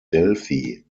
delphi